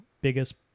biggest